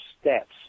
steps